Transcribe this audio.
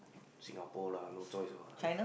Singapore lah no choice [what]